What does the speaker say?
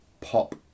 pop